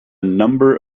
number